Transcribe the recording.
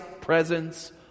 presence